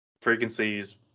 frequencies